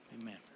Amen